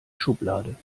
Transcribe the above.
schublade